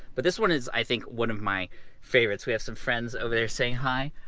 but this one is, i think one of my favorites. we have some friends over there saying hi,